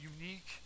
unique